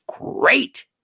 great